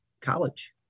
college